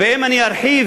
ואם אני ארחיב